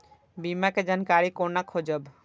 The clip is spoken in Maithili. बीमा के जानकारी कोना खोजब?